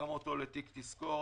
אני שם אותה לתיק תזכורת.